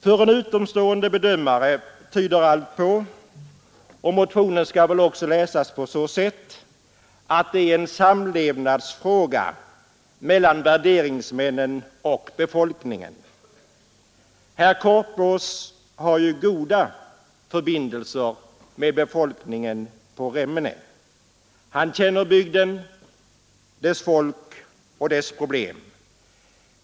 För en utomstående bedömare tyder allt på — och motionen skall väl också läsas på så sätt — att detta är en fråga om samlevnaden mellan värderingsmännen och befolkningen. Herr Korpås har ju goda förbindelser med befolkningen i Remmene. Han känner bygden, dess folk och dess problem.